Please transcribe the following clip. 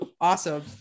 Awesome